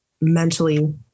mentally